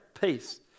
peace